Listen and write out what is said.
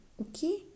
okay